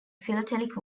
philatelic